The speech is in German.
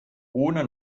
ohne